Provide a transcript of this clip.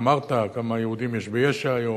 אמרת כמה יהודים יש ביש"ע היום,